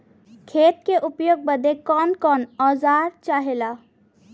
खेती में उपयोग बदे कौन कौन औजार चाहेला?